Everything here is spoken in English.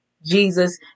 Jesus